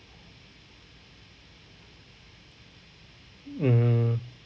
mm